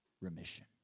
remission